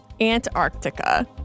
Antarctica